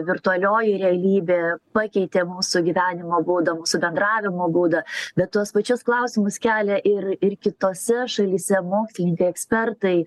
virtualioji realybė pakeitė mūsų gyvenimo būdą mūsų bendravimo būdą bet tuos pačius klausimus kelia ir ir kitose šalyse mokslininkai ekspertai